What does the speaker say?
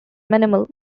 minimal